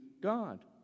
God